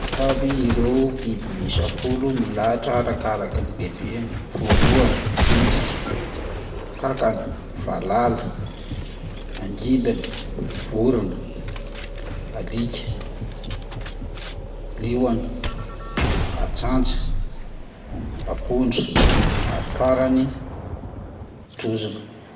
Ireto aby ireo biby miisa folo milahatra arakarakan'ny lehibeany: voalohany vitsika, kankana, valala, angidina, vorona, alika, liona, atsantsa, ampondra ary farany trozona.